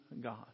God